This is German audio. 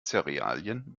zerealien